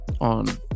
on